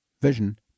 Vision